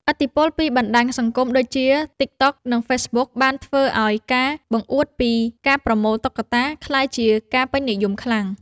ឥទ្ធិពលពីបណ្ដាញសង្គមដូចជា ទិកតុក និងហ្វេសប៊ុក បានធ្វើឱ្យការបង្អួតពីការប្រមូលតុក្កតាក្លាយជាការពេញនិយមខ្លាំង។